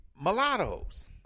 mulattoes